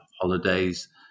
holidays